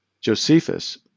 Josephus